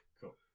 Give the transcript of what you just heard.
Cool